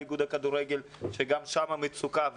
שגם שם יש מצוקה.